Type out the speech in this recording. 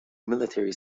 military